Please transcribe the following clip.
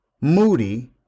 Moody